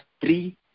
three